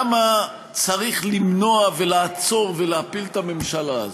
כמה צריך למנוע ולעצור ולהפיל את הממשלה הזאת,